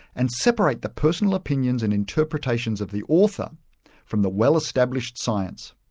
and separate the personal opinions and interpretations of the author from the well-established science.